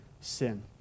sin